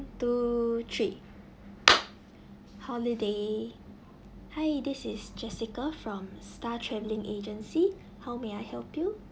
two three holiday hi this is jessica from star travelling agency how may I help you